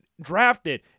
drafted